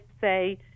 say